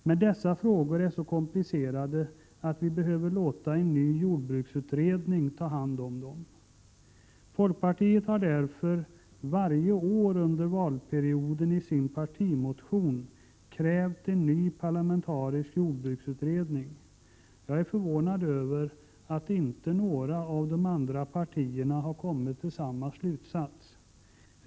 Men dessa frågor är så komplicerade att vi måste låta en ny jordbruksutredning ta hand om dem. Folkpartiet har därför varje år under valperioden i sin partimotion krävt en ny parlamentarisk jordbruksutredning. Jag är förvånad över att inte några av de andra partierna har kommit till samma slutsats.